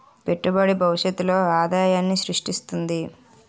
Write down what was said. పెట్టుబడి భవిష్యత్తులో ఆదాయాన్ని స్రృష్టిస్తుంది